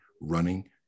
running